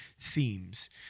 themes